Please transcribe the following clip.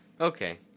Okay